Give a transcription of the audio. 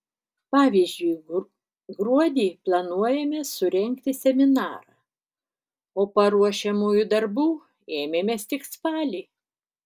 pavyzdžiui gruodį planuojame surengti seminarą o paruošiamųjų darbų ėmėmės tik spalį